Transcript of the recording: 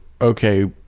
okay